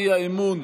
אם כן,